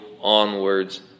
onwards